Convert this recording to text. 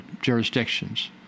jurisdictions